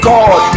God